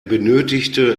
benötigte